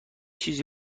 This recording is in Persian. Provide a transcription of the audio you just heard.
چیزی